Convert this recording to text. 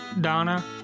Donna